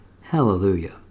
Hallelujah